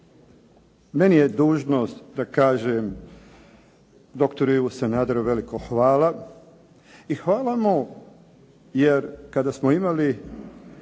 meni je dužnost da kažem, doktoru Ivi Sanaderu veliko hvala. I hvala mu jer kada smo imali